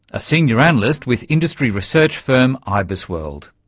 a senior analyst with industry research firm ibisworld.